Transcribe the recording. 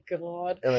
God